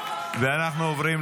יופי,